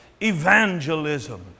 evangelism